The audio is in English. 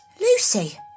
Lucy